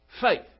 Faith